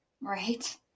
Right